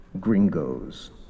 Gringos